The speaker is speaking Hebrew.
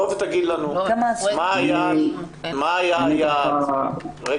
בוא ותגיד לנו מה היעד שלכם.